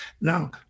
Now